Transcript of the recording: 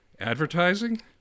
advertising